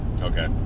Okay